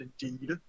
Indeed